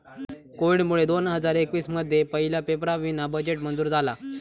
कोविडमुळे दोन हजार एकवीस मध्ये पहिला पेपरावीना बजेट मंजूर झाला